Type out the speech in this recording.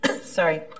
Sorry